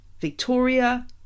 Victoria